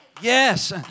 Yes